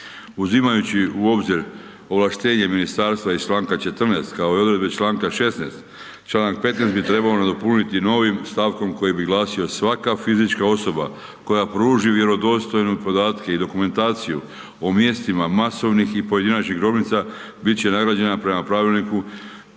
Uzimajući u obzir ovlaštenje ministarstva iz članka 14. kao i odredbe članka 16., članak 15. bi trebao nadopuniti novim stavkom koji bi glasio svaka fizička osoba koja pruži vjerodostojno podatke i dokumentaciju o mjestima masovnih i pojedinačnih grobnica, bit će nagrađena prema pravilniku